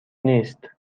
نیست